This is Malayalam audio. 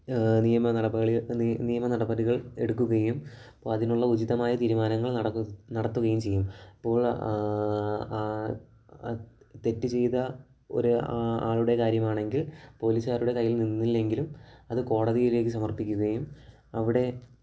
നിയമനടപളി നി നിയമനടപടികൾ എടുക്കുകയും അപ്പോൾ അതിനുള്ള ഉചിതമായ തീരുമാനങ്ങൾ നടത്തി നടത്തുകയും ചെയ്യും അപ്പോൾ ആ അ തെറ്റുചെയ്ത ഒരു ആ ആളുടെ കാര്യമാണെങ്കിൽ പോലീസുകാരുടെ കൈയ്യിൽ നിന്നില്ലെങ്കിലും അതു കോടതിയിലേക്കു സമർപ്പിക്കുകയും അവിടെ